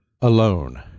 alone